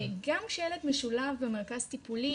גם כשילד משולב במרכז טיפולי,